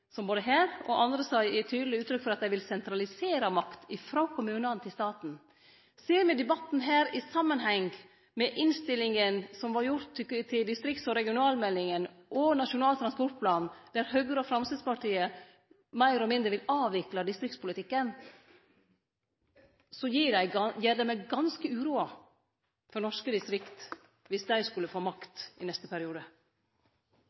som både her og andre stader gir tydeleg uttrykk for at dei vil sentralisere makt, ifrå kommunane til staten. Ser me debatten her i samanheng med innstillingane som vart gjorde til distrikts- og regionalmeldinga og Nasjonal transportplan, der Høgre og Framstegspartiet meir eller mindre vil avvikle distriktspolitikken, gjer det meg ganske uroa for norske distrikt dersom dei skulle få